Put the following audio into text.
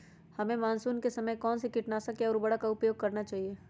हमें मानसून के समय कौन से किटनाशक या उर्वरक का उपयोग करना चाहिए?